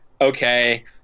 okay